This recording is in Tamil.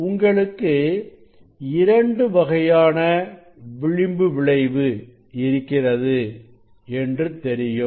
உங்களுக்கு இரண்டு வகையான விளிம்பு விளைவு இருக்கிறது என்று தெரியும்